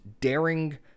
daring